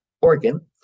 organ